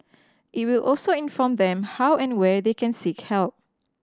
it will also inform them how and where they can seek help